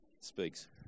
speaks